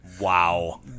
Wow